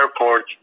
airport